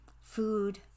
food